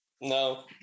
no